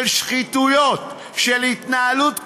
של שחיתויות, של התנהלות קלוקלת,